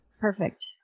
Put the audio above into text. Perfect